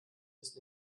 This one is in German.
ist